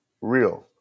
real